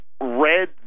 read